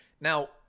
Now